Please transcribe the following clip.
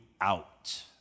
out